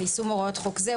על יישום הוראות חוק זה,